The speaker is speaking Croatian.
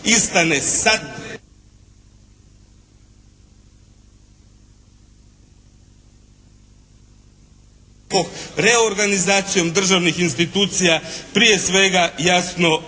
uključen./ … reorganizacijom državnih institucija prije svega jasno